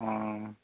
অঁ